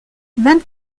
vingt